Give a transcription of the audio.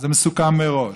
זה מסוכם מראש.